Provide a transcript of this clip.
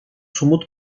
somut